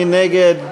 מי נגד?